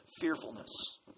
fearfulness